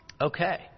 Okay